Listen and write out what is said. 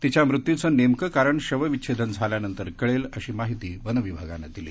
तिच्या मृत्यूचं नेमकं कारण शवविच्छेदन झाल्यानंतर कळेल अशी माहिती वनविभागानं दिली